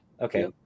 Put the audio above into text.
Okay